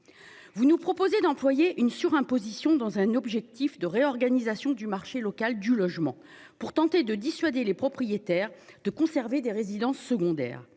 Vous nous proposez d'employer une sur-imposition dans un objectif de réorganisation du marché local du logement pour tenter de dissuader les propriétaires de conserver des résidences secondaires.